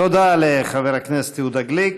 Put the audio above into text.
תודה לחבר הכנסת יהודה גליק.